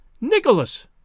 Nicholas